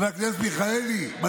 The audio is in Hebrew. חבר הכנסת מלכיאלי,